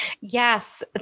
Yes